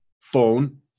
phone